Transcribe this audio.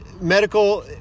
medical